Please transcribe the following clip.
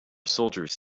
soldiers